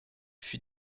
fut